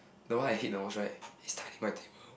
the one I hate the most right is tidying my table